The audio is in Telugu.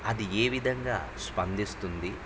అది ఏ విధంగా స్పందిస్తుంది